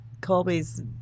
Colby's